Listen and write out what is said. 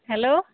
hello